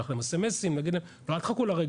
נשלח להם מסרונים ונגיד להם שלא יחכו לרגע